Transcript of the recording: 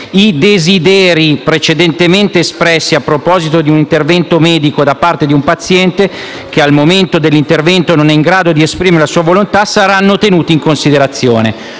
«I desideri precedentemente espressi a proposito di un intervento medico da parte di un paziente che, al momento dell'intervento, non è in grado di esprimere la sua volontà saranno tenuti in considerazione».